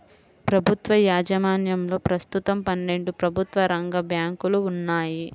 ప్రభుత్వ యాజమాన్యంలో ప్రస్తుతం పన్నెండు ప్రభుత్వ రంగ బ్యాంకులు ఉన్నాయి